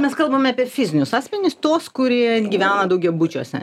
mes kalbame apie fizinius asmenis tuos kurie gyvena daugiabučiuose